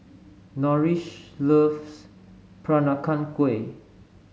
Norris loves Peranakan Kueh